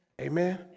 Amen